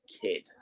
Kid